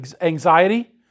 anxiety